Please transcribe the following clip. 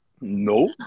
No